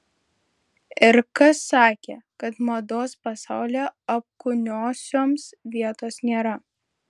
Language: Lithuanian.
ir kas sakė kad mados pasaulyje apkūniosioms vietos nėra